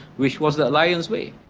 which was the alliance way.